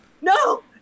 no